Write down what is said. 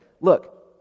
look